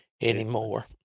anymore